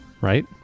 right